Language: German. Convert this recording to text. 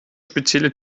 spezielle